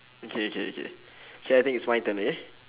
okay okay okay so I think it's my turn okay